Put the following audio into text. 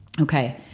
Okay